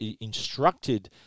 instructed